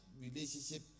relationship